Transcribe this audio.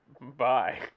Bye